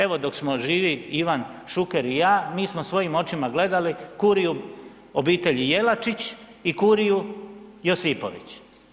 Evo, dok smo živi Ivan Šuker i ja, mi smo svojim očima gledali kuriju obitelji Jelačić i kuriju Josipović.